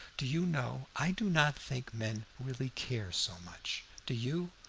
do you know, i do not think men really care so much do you?